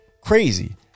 crazy